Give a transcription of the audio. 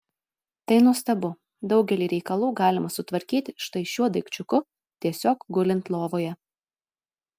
tai nuostabu daugelį reikalų galima sutvarkyti štai šiuo daikčiuku tiesiog gulint lovoje